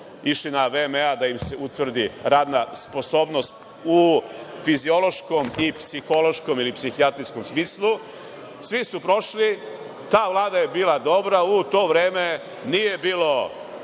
išli na VMA da im se utvrdi radna sposobnost u fiziološkom i psihološkom i psihijatrijskom smislu. Svi su prošli. Ta Vlada je bila dobra u to vreme nije bilo